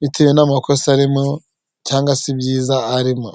bitewe n'amakosa arimo cyangwa se ibyiza arimo.